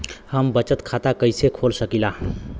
हम बचत खाता कईसे खोल सकिला?